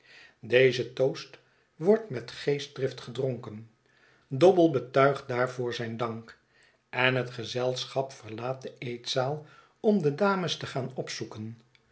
deze toast wordt met geestdrift gedronken dobble betuigt daarvoor zijn dank en het gezelschap verlaat de eetzaal om de dames te gaan opzoeken